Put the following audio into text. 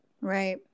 Right